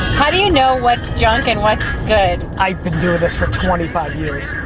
how do you know what's junk and what's good? i've been doing this for twenty five years.